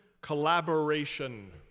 collaboration